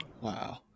Wow